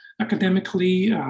academically